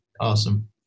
Awesome